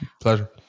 Pleasure